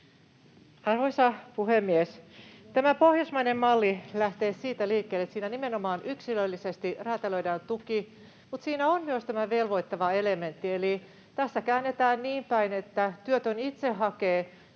Arvoisa puhemies! Tämä pohjoismainen malli lähtee siitä liikkeelle, että siinä nimenomaan yksilöllisesti räätälöidään tuki, mutta siinä on myös tämä velvoittava elementti, eli tässä käännetään niin päin, että työtön itse hakee